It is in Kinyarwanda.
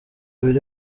biri